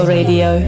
Radio